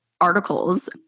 articles